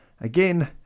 Again